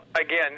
Again